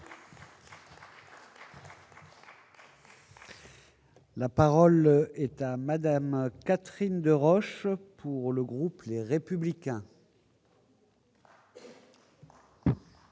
La parole est à madame Catherine Deroche pour le groupe, les républicains.